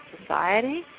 society